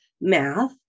math